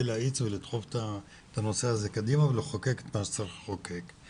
להאיץ ולדחוף את הנושא הזה קדימה ולחוקק את מה שצריך לחוקק.